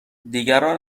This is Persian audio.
دیگران